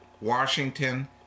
Washington